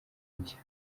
nshya